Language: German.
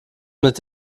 mit